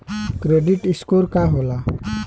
Credit score का होला?